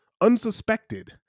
unsuspected